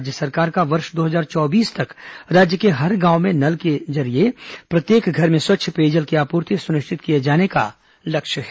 राज्य सरकार का वर्ष दो हजार चौबीस तक राज्य के हर गांव में नल के जरिये प्रत्येक घर में स्वच्छ पेयजल की आपूर्ति सुनिश्चित किए जाने का लक्ष्य है